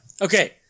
Okay